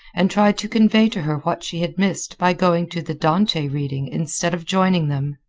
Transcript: and tried to convey to her what she had missed by going to the dante reading instead of joining them.